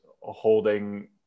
holding